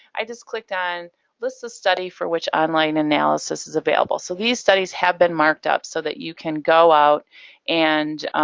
i just clicked on list the studies for which online analysis is available. so these studies have been marked up so that you can go out and